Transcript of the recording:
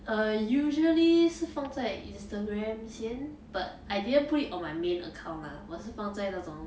uh usually 是放在 instagram 先 but I didn't put it on my main account lah 我是放在那种